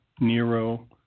Nero